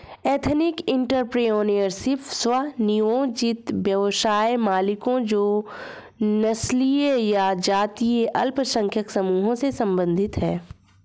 ethnic entrepreneurship, स्व नियोजित व्यवसाय मालिकों जो नस्लीय या जातीय अल्पसंख्यक समूहों से संबंधित हैं